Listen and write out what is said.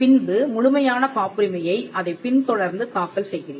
பின்பு முழுமையான காப்புரிமையை அதைப் பின்தொடர்ந்து தாக்கல் செய்கிறீர்கள்